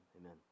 Amen